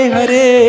Hare